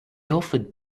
offered